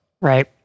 Right